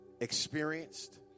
experienced